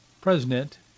president